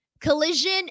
collision